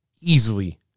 easily